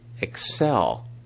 Excel